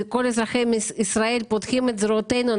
כל אזרחי ישראל פותחים את זרועותינו.